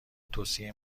توصیه